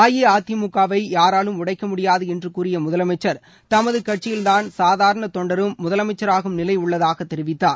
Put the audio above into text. அஇஅதிமுகவை யாராலும் உடைக்க முடியாது என்று கூறிய முதலமைச்சர் தமது கட்சியில்தான் சாதாரண தொண்டரும் முதலமைச்சராகும் நிலை உள்ளதாகத் தெரிவித்தார்